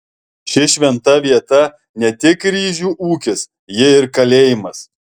ši šventa vieta ne tik ryžių ūkis ji ir kalėjimas